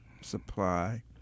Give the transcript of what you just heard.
supply